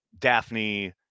Daphne